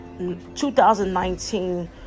2019